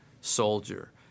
soldier